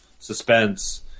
suspense